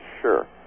sure